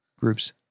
groups